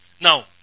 Now